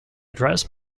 address